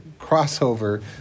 crossover